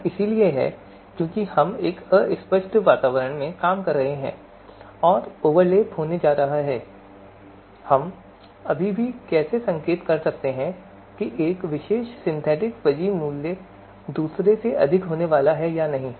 ऐसा इसलिए है क्योंकि हम एक अस्पष्ट वातावरण में काम कर रहे हैं और ओवरलैप होने जा रहा है और हम अभी भी कैसे संकेत कर सकते हैं कि एक विशेष सिंथेटिक फजी मूल्य दूसरे से अधिक होने वाला है या नहीं